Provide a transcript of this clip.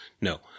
No